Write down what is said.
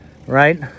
right